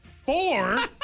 Four